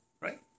right